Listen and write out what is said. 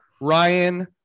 Ryan